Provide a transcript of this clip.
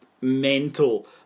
mental